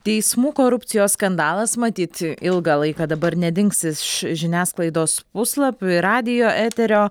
teismų korupcijos skandalas matyt ilgą laiką dabar nedings iš žiniasklaidos puslapių ir radijo eterio